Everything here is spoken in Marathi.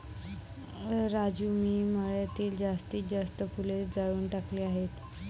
राजू मी मळ्यातील जास्तीत जास्त फुले जाळून टाकली आहेत